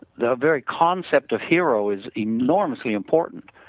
the very concept of hero is enormously important.